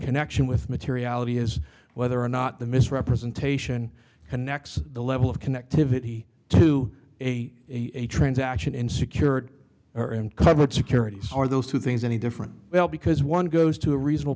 connection with materiality is whether or not the misrepresentation connex the level of connectivity to a transaction in secured or uncovered securities are those two things any different well because one goes to a reasonable